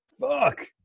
Fuck